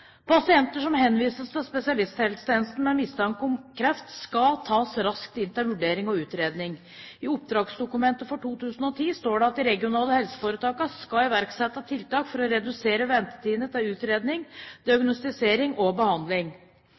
spesialisthelsetjenesten med mistanke om kreft, skal tas raskt inn til vurdering og utredning. I oppdragsdokumentet for 2010 står det at de regionale helseforetakene skal iverksette tiltak for å redusere ventetidene til utredning, diagnostisering og behandling.